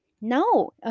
No